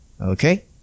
Okay